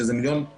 שזה 1.5 מיליון,